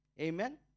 Amen